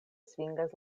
svingas